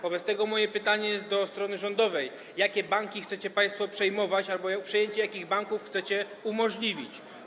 Wobec tego moje pytanie do strony rządowej jest takie: Jakie banki chcecie państwo przejmować albo przejęcie jakich banków chcecie umożliwić?